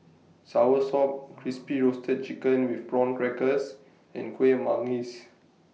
Soursop Crispy Roasted Chicken with Prawn Crackers and Kuih Manggis